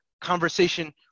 conversation